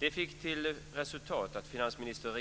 Det fick till resultat att finansminister